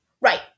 Right